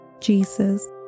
Jesus